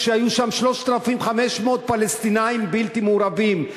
והיו שם 3,500 פלסטינים בלתי מעורבים.